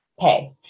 pay